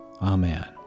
Amen